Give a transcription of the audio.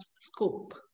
scope